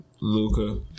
Luca